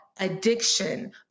addiction